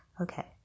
okay